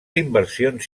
inversions